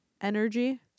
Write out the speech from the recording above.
energy